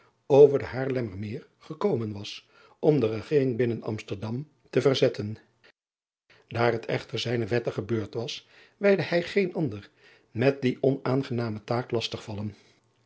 over den aarlemmer eer gekomen was om de egering binnen msterdam te verzetten aar het echter zijne wettige beurt was wijde hij geen ander met die onaangename taak lastig vallen